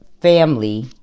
family